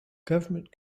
government